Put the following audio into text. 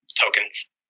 tokens